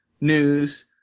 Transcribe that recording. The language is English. news